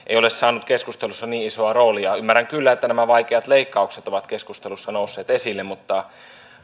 ei ole saanut keskustelussa niin isoa roolia ymmärrän kyllä että nämä vaikeat leikkaukset ovat keskustelussa nousseet esille mutta